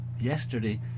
Yesterday